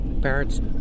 parents